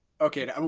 Okay